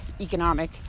economic